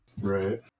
Right